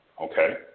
Okay